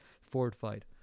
fortified